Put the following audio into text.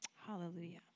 Hallelujah